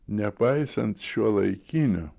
nepaisant šiuolaikinio